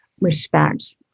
respect